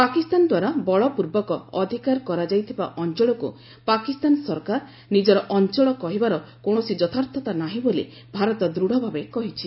ପାକିସ୍ତାନ ଦ୍ୱାରା ବଳପୂର୍ବକ ଅଧିକାର କରାଯାଇଥିବା ଅଞ୍ଚଳକୁ ପାକିସ୍ତାନ ସରକାର ନିଜର ଅଞ୍ଚଳର କହିବାର କୌଣସି ଯଥାର୍ଥତା ନାହିଁ ବୋଲି ଭାରତ ଦୃଢ଼ ଭାବେ କହିଛି